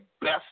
best